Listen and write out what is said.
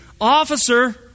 officer